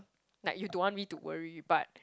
like you don't want me to worry but